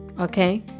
Okay